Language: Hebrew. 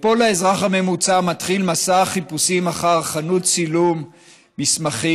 ופה האזרח הממוצע מתחיל מסע חיפושים אחר חנות צילום מסמכים,